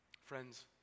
Friends